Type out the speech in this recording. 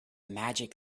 magic